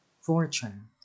Fortune